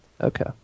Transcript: Okay